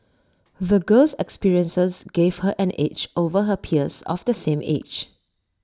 the girl's experiences gave her an edge over her peers of the same age